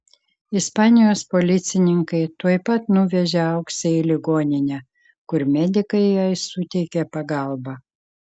ispanijos policininkai tuoj pat nuvežė auksę į ligoninę kur medikai jai suteikė pagalbą